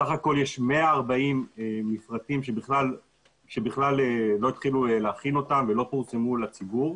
סך הכול יש 140 מפרטים שבכלל לא התחילו להכין אותם ולא פורסמו לציבור.